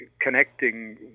connecting